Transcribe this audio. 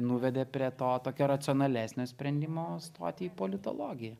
nuvedė prie to tokio racionalesnio sprendimo stoti į politologiją